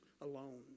alone